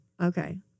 Okay